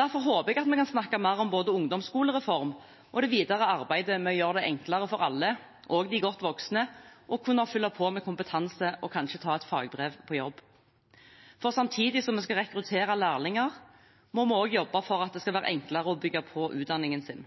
Derfor håper jeg at vi kan snakke mer om både ungdomsskolereform og det videre arbeidet med å gjøre det enklere for alle, også godt voksne, å kunne fylle på med kompetanse og kanskje ta et fagbrev på jobb. Samtidig som vi skal rekruttere lærlinger, må vi også jobbe for at det skal være enklere å bygge på utdanningen sin.